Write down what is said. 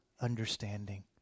understanding